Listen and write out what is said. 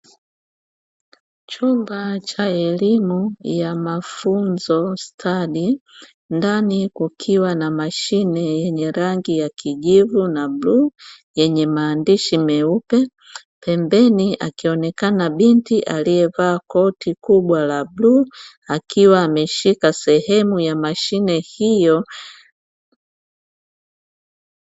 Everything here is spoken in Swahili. Chumba cha elimu ya mafunzo stadi, ndani kukiwa na mashine yenye rangi ya kijivu na bluu yenye maandishi meupe, pembeni akionekana binti aliyevaa koti kubwa la bluu, akiwa ameshika sehemu ya mashine hiyo.